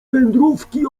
wędrówki